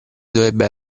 dovrebbe